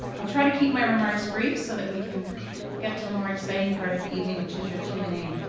i'll try to keep my remarks brief so that we can get to the more exciting part of the evening which is your q and a.